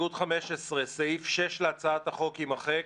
סעיף 4(א)(2)(ב) להצעת החוק - יימחק.